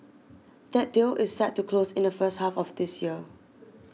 that deal is set to close in the first half of this year